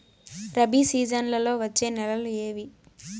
రబి సీజన్లలో వచ్చే నెలలు ఏవి?